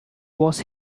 was